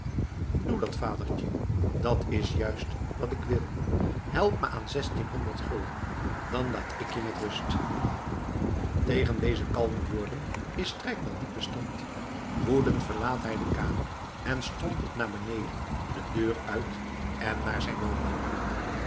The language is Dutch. doe dat vadertje dat is juist wat ik wil help me aan zestien honderd gulden dan laat ik je met rust tegen deze kalme woorden is strijkman niet bestand woedend verlaat hij de kamer en strompelt naar beneden de deur uit en naar zijn woning